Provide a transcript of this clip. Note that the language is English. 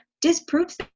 disproves